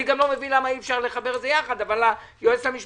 אני גם לא מבין למה אי אפשר לחבר את זה יחד אבל היועצת המשפטית